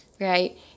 right